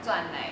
赚 like